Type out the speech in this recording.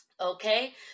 okay